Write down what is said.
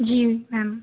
जी ma'am